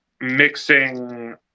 mixing